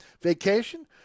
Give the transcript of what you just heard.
vacation